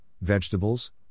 vegetables